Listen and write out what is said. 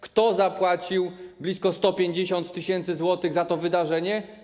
Kto zapłacił blisko 150 tys. zł za to wydarzenie?